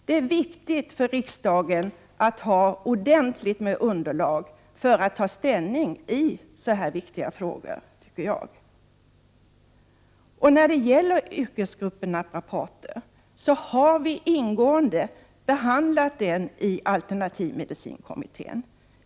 Det är viktigt för riksdagen att ha ett ordentligt underlag för att ta ställning i så viktiga frågor som den här. Yrkesgruppen naprapater har vi diskuterat ingående i alternativmedicinkommittén.